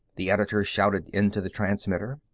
the editor shouted into the transmitter.